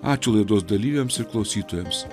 ačiū laidos dalyviams ir klausytojams